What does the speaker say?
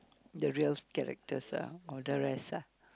the real characters ah or the rest ah